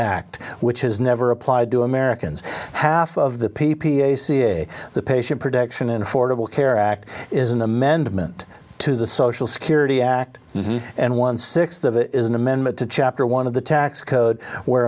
act which is never applied to americans half of the p p a ca the patient protection and affordable care act is an amendment to the social security act and one sixth of it is an amendment to chapter one of the tax code where